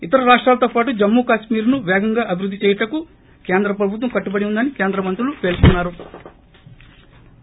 ఇతర రాష్రాలతో పాటు జమ్మూకశ్మీర్ ను పేగంగా అభివృద్ది చేయటకు కేంద్ర ప్రభుత్వం కట్టుబడి ఉందని కేంద్ర మంత్రులు పేర్కొన్సారు